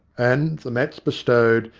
and, the mats bestowed,